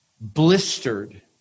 blistered